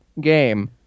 game